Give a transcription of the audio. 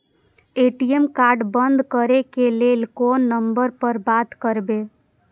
ATM card बंद करे के लेल कोन नंबर पर बात करबे?